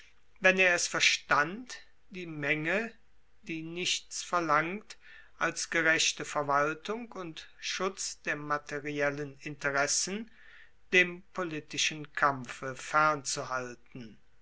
wenn er es verstand die menge die nichts verlangt als gerechte verwaltung und schutz der materiellen interessen dem politischen kampfe fernzuhalten